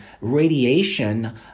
radiation